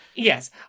Yes